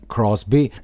Crosby